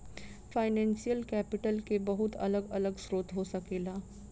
financial capital के बहुत अलग अलग स्रोत हो सकेला